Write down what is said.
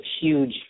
huge